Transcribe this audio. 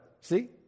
see